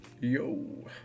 Yo